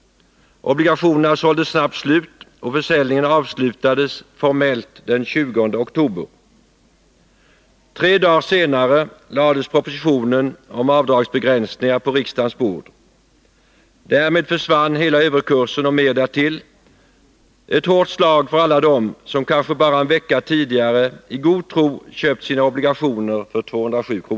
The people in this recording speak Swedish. Obligationerna såldes snabbt slut och försäljningen avslutades formellt den 20 oktober. Tre dagar senare lades propositionen om avdragsbegränsningar på riksdagens bord. Därmed försvann hela överkursen och mer därtill, ett hårt slag för alla dem som kanske bara en vecka tidigare i god tro köpt sina obligationer för 207 kr.